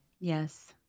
Yes